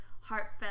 heartfelt